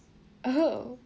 oh